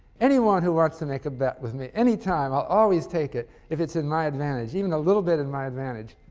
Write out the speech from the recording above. anyone who wants to make a bet with me anytime, i'll always take it if it's in my advantage even a little bit in my advantage.